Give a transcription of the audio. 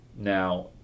Now